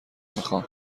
میخام